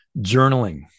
journaling